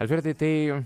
alfredai tai